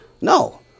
No